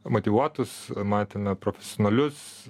motyvuotus matėme profesionalius